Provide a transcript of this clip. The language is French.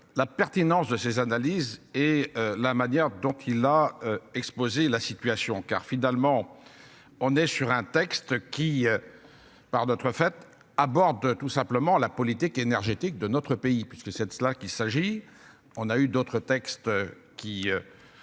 La pertinence de ces analyses et la manière dont il a exposé la situation car finalement. On est sur un texte qui. Par notre fête à bord de tout simplement la politique énergétique de notre pays puisque c'est de cela qu'il s'agit. On a eu d'autres textes. Qui.